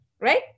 Right